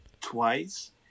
twice